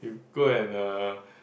you go and uh